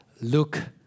Look